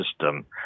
system